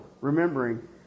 remembering